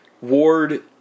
Ward